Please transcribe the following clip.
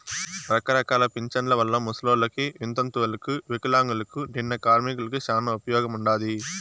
రకరకాల పింఛన్ల వల్ల ముసలోళ్ళకి, వితంతువులకు వికలాంగులకు, నిన్న కార్మికులకి శానా ఉపయోగముండాది